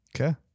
Okay